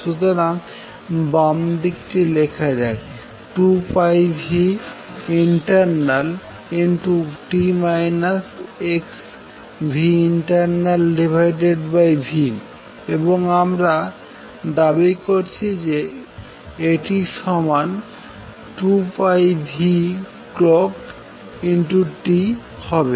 সুতরাং বামদিকটি লেখা যাক 2πinternalt xinternalv এবং আমরা দাবি করছি যে এটি সমান 2πclockt হবে